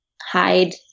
hide